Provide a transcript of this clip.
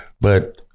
But-